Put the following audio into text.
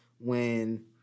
when-